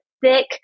thick